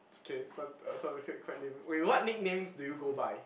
it's okay sound uh sounded quite quite lame okay what nicknames do you go by